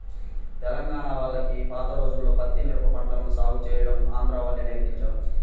తెలంగాణా వాళ్లకి పాత రోజుల్లో పత్తి, మిరప పంటలను సాగు చేయడం ఆంధ్రా వాళ్ళే నేర్పించారు